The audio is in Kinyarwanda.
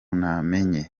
namenye